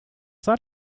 that